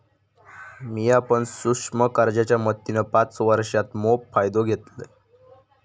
मिया पण सूक्ष्म कर्जाच्या मदतीन पाच वर्षांत मोप फायदो घेतलंय